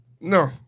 No